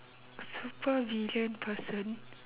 super villain person